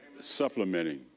Supplementing